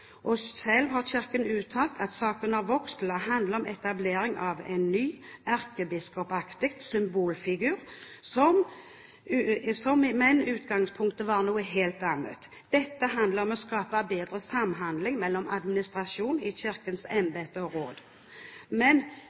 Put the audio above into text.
og selv har Kirken uttalt at saken har vokst til å handle om etablering av en ny, erkebiskopaktig symbolfigur. Men utgangspunktet var noe helt annet. Dette handler om å skape bedre samhandling mellom administrasjonen i Kirkens embete og råd. Men